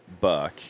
buck